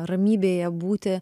ramybėje būti